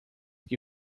que